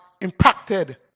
impacted